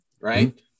Right